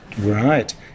Right